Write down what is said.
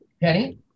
Penny